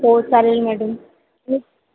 हो चालेल मॅडम